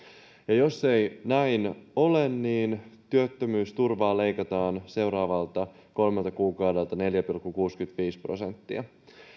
jos ei näin ole niin työttömyysturvaa leikataan seuraavalta kolmelta kuukaudelta neljä pilkku kuusikymmentäviisi prosenttia